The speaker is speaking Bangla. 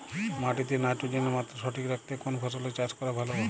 মাটিতে নাইট্রোজেনের মাত্রা সঠিক রাখতে কোন ফসলের চাষ করা ভালো?